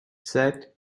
said